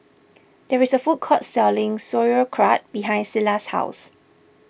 there is a food court selling Sauerkraut behind Silas' house